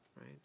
right